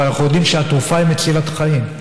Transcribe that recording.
אבל אנחנו יודעים שהתרופה היא מצילת חיים.